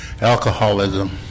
alcoholism